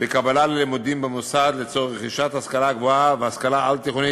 בקבלה ללימודים במוסד לצורך רכישת השכלה גבוהה והשכלה על-תיכונית,